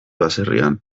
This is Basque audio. baserrian